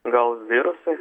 gal virusai